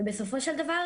בסופו של דבר,